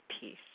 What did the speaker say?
peace